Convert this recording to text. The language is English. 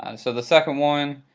and so the second one,